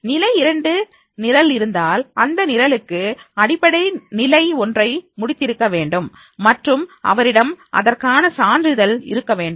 நிலை 2 நிரல் இருந்தால் அந்த நிரலுக்கு அடிப்படை நிலை ஒன்றை முடித்திருக்க வேண்டும் மற்றும் அவரிடம் அதற்கான சான்றிதழ் இருக்க வேண்டும்